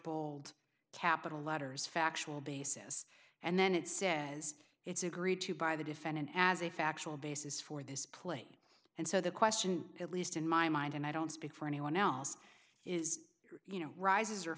bold capital letters factual basis and then it says it's agreed to by the defendant as a factual basis for this plane and so the question at least in my mind and i don't speak for anyone else is you know rises or